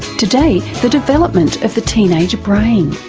today, the development of the teenage brain.